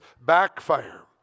backfire